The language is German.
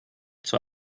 zur